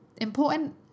important